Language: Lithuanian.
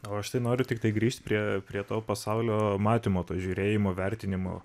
o aš tai noriu tiktai grįžt prie prie to pasaulio matymo to žiūrėjimo vertinimo